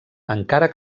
encara